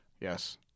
yes